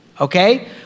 okay